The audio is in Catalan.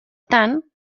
tant